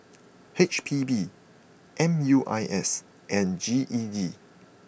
H P B M U I S and G E D